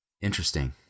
Interesting